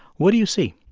what do you see?